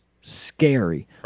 scary